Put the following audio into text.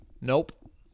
Nope